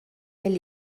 elle